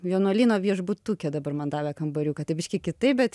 vienuolyno viešbutuke dabar man davė kambariuką tai biškį kitaip bet